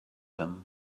him